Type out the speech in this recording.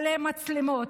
מלא מצלמות.